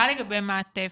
מה לגבי המעטפת?